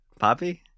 Papi